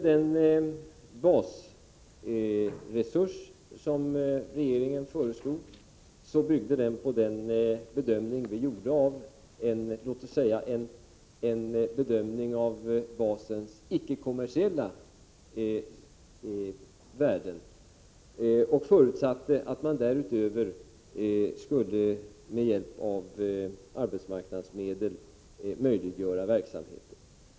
Den basresurs som regeringen föreslog byggde på den bedömning som regeringen gjort av basens icke-kommersiella värde och förutsatte att man därutöver med hjälp av arbetsmarknadsmedel skulle möjliggöra verksamheten.